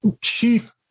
chief